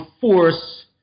force